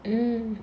mm